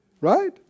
right